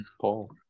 Paul